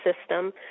system